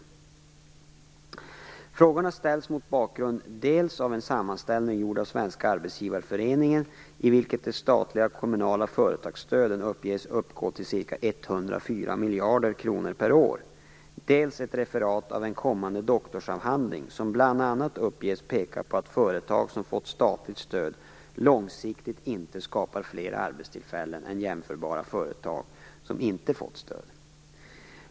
Frågorna ställs mot bakgrund av dels en sammanställning gjord av Svenska arbetsgivarföreningen i vilken de statliga och kommunala företagsstöden uppges uppgå till ca 104 miljarder kronor per år, dels ett referat av en kommande doktorsavhandling, som bl.a. uppges peka på att företag som fått statligt stöd långsiktigt inte skapar fler arbetstillfällen än jämförbara företag som inte fått stöd.